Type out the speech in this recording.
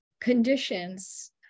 conditions